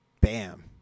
bam